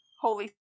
Holy